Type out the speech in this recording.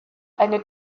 eine